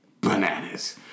Bananas